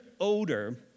odor